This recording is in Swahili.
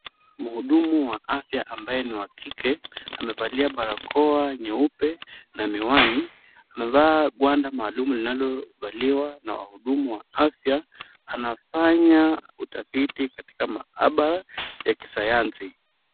Mhudumu wa afya ambaye ni wa kike, amevalia barakoa nyeupe na miwani. Amevaa gwanda maalum linalovaliwa na wahudumu wa afya. Anafanya utafiti katika maabara ya kisayansi.